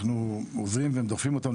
אנחנו עוזרים ודוחפים אותם,